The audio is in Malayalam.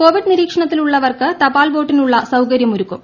കോവിഡ് നിരീക്ഷണത്തിൽ ഉള്ളവർക്ക് തപാൽ വോട്ടിനുള്ള സൌകിര്യ്മൊരുക്കും